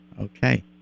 okay